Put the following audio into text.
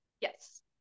Yes